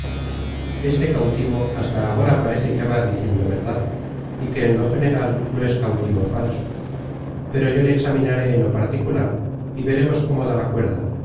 este cautivo hasta agora parece que va diciendo verdad y que en lo general no es cautivo falso pero yo le examinaré en lo particular y veremos cómo da la cuerda